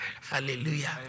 Hallelujah